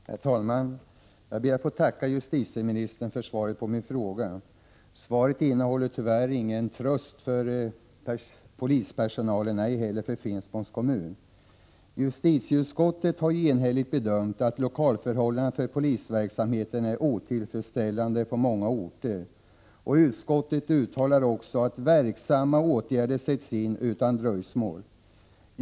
Prot. 1986/87:129 Herr talman! Jag ber att få tacka justitieministern för svaret på min fråga. 22 maj 1987 Svaret innehåller tyvärr ingen tröst för polispersonalen, ej heller för : Om åtgärder mot in Finspångs kommun. vandrarfientlighet och Justitieutskottet har enhälligt bedömt att lokalförhållandena för polisverk SÖSISen Al samheten är otillfredsställande på många orter. Utskottet uttalar också att verksamma åtgärder bör sättas in utan dröjsmål.